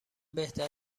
بهتره